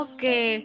Okay